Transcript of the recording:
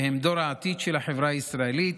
והם דור העתיד של החברה הישראלית,